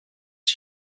ich